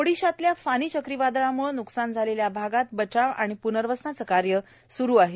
ओडिशातल्या फनी चक्रीवादळामुळे न्कसान झालेल्या आगात बचाव आणि प्नर्वसनाचं कार्य सुरु आहे